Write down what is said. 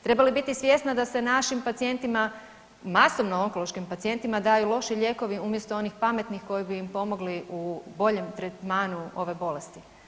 Treba li biti svjesna da se našim pacijentima, masovno onkološkim pacijentima daju loši lijekovi umjesto onih pametnih koji bi im pomogli u boljem tretmanu ove bolesti.